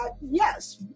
yes